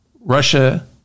Russia